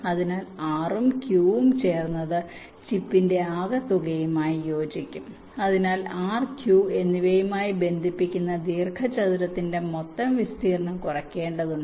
അതിനാൽ R ഉം Q ഉം ചേർന്നത് ചിപ്പിന്റെ ആകെത്തുകയുമായി യോജിക്കും അതിനാൽ R Q എന്നിവയുമായി ബന്ധിപ്പിക്കുന്ന ദീർഘചതുരത്തിന്റെ മൊത്തം വിസ്തീർണ്ണം കുറയ്ക്കേണ്ടതുണ്ട്